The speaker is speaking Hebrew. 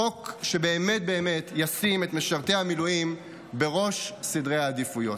חוק שבאמת באמת ישים את משרתי המילואים בראש סדרי העדיפויות.